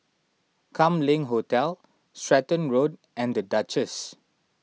Kam Leng Hotel Stratton Road and the Duchess